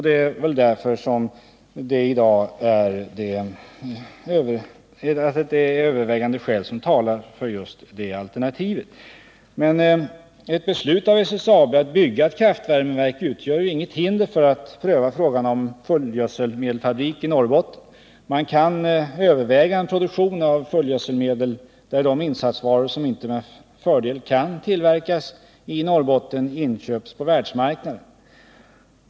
Det finns Nr 31 därför avgörande skäl som talar för just detta alternativ. Men ett beslut av Måndagen den SSAB att bygga ett kraftvärmeverk utgör inget hinder för att också pröva 13 november 1978 frågan om en fullgödselmedelsfabrik i Norrbotten. Man kan överväga en produktion av fullgödselmedel där de tillsatsvaror som inte med fördel kan tillverkas i Norrbotten inköps på världsmarknaden.